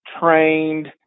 trained